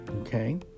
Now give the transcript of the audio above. okay